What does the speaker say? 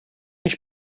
ich